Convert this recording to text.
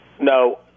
no